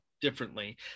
differently